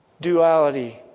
duality